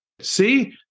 See